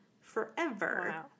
forever